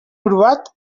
provat